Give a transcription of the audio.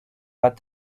but